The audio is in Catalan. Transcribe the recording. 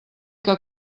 que